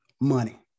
money